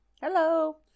Hello